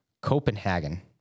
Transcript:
Copenhagen